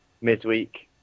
midweek